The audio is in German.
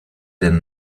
denn